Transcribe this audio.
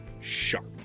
sharp